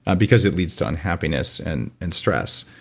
ah because it leads to unhappiness and and stress.